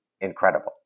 incredible